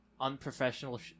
unprofessional